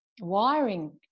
wiring